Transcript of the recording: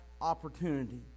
opportunity